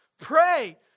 Pray